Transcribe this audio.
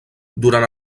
durant